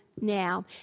now